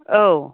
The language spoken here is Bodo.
औ